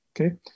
okay